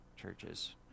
churches